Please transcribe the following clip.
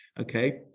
okay